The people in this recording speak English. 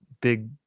big